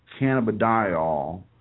cannabidiol